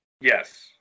Yes